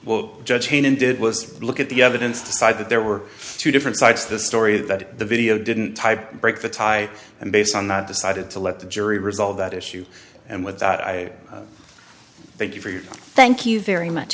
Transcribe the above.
well judge chain and did was look at the evidence decide that there were two different sides of the story that the video didn't type break the tie and based on that decided to let the jury resolve that issue and with that i thank you for your thank you very much